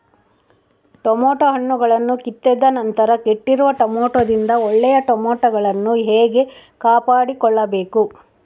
Tomato ಹಣ್ಣುಗಳನ್ನು ಕಿತ್ತಿದ ನಂತರ ಕೆಟ್ಟಿರುವ ಟೊಮೆಟೊದಿಂದ ಒಳ್ಳೆಯ ಟೊಮೆಟೊಗಳನ್ನು ಹೇಗೆ ಕಾಪಾಡಿಕೊಳ್ಳಬೇಕು?